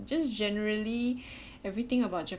just generally everything about